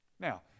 Now